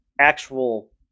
actual